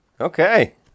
okay